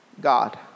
God